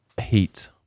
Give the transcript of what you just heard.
Heat